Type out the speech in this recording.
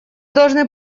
должны